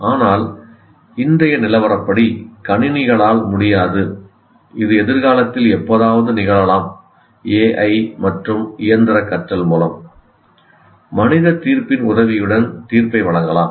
ஆனால் இன்றைய நிலவரப்படி கணினிகளால் முடியாது இது எதிர்காலத்தில் எப்போதாவது நிகழலாம் AI மற்றும் இயந்திர கற்றல் மூலம் மனித தீர்ப்பின் உதவியுடன் தீர்ப்பை வழங்கலாம்